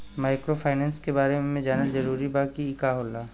Microfinance के बारे में जानल जरूरी बा की का होला ई?